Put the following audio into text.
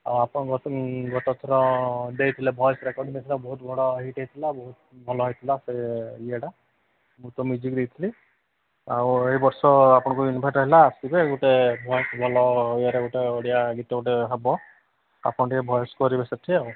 ଆଉ ଆପଣ ଗତଥର ଦେଇଥିଲେ ଭଏସ୍ ରେକର୍ଡ଼ିଂ ଦେଇଥିଲେ ବହୁତ ବଡ଼ ହିଟ୍ ହେଇଥିଲା ବହୁତ ଭଲ ହୋଇଥିଲା ସେ ଇୟେଟା ମୁଁ ତ ମ୍ୟୁଜିକ୍ ଦେଇଥିଲି ଆଉ ଏଇ ବର୍ଷ ଆପଣଙ୍କୁ ଇନଭାଇଟ୍ ରହିଲା ଆସିବେ ଗୋଟେ ଭଏସ୍ ଭଲ ଇୟରେ ଗୋଟେ ଓଡ଼ିଆ ଗୀତ ଗୋଟେ ହେବ ଆପଣ ଟିକେ ଭଏସ୍ କରିବେ ସେଠି ଆଉ